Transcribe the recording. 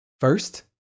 First